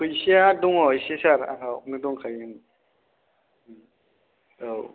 फैसाया दङ एसे सार आंनावनो दंखायो औ